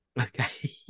Okay